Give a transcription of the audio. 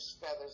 feathers